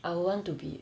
I want to be